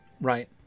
right